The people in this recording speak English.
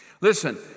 Listen